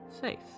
faith